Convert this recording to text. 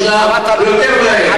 כמה שאפשר יותר מהר.